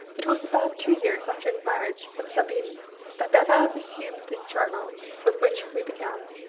it was about two years after his marriage with sabine that bernard resumed the journal with which we began.